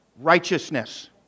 righteousness